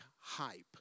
hype